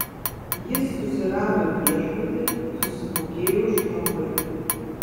jis susirado viešbutį susimokėjo už kambarį